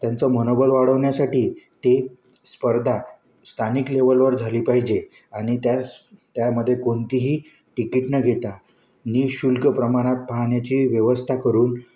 त्यांचं मनोबल वाढवण्यासाठी ते स्पर्धा स्थानिक लेवलवर झाली पाहिजे आणि त्यास् त्यामध्ये कोणतीही तिकीट न घेता निःशुल्क प्रमाणात पाहण्याची व्यवस्था करून